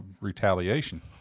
retaliation